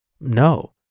No